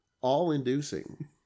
all-inducing